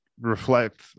reflect